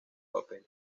papel